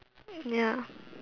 ya